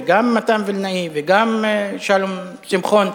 וגם מתן וילנאי וגם שלום שמחון.